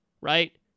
right